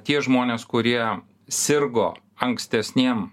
tie žmonės kurie sirgo ankstesnėm